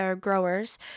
growers